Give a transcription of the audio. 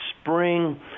spring